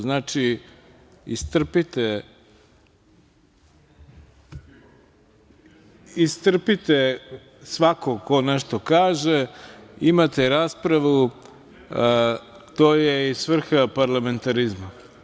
Znači, istrpite svakog ko nešto kaže, imate raspravu, to je i svrha parlamentarizma.